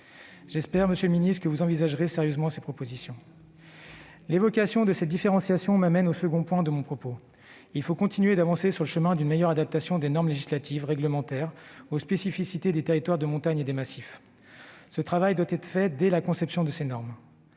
J'espère que vous envisagerez sérieusement ces propositions. La possibilité de cette différenciation me conduit au second point de mon propos : il faut continuer d'avancer sur le chemin d'une meilleure adaptation des normes législatives et réglementaires aux spécificités des territoires de montagne et des massifs. Ce travail doit commencer dès la conception de ces normes.